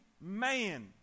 man